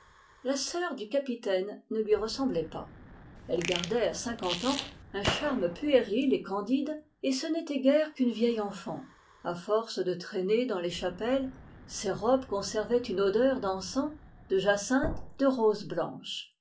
la sœur du capitaine ne lui ressemblait pas elle gardait à cinquante ans un charme puéril et candide et ce n'était guère qu'une vieille enfant à force de traîner dans les chapelles ses robes conservaient une odeur d'encens de jacinthe de rose blanche